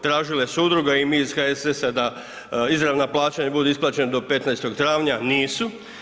Tražile su udruge i mi iz HSS-a da izravna plaćanja budu isplaćena do 15. travnja, nisu.